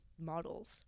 models